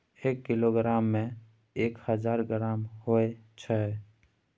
एक किलोग्राम में एक हजार ग्राम होय छै